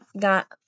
got